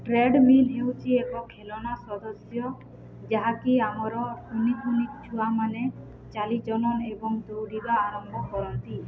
treadmill ହେଉଛି ଏକ ଖେଳନା ସଦସ୍ୟ ଯାହାକି ଆମର କୁନି କୁନି ଛୁଆମାନେ ଚାଲି ଜାନନ୍ ଏବଂ ଦୌଡ଼ିବା ଆରମ୍ଭ କରନ୍ତି